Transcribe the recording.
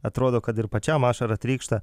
atrodo kad ir pačiam ašara trykšta